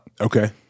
Okay